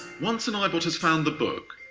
once an eyebot has found the book,